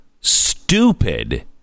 stupid